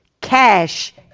Cash